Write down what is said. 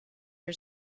her